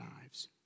lives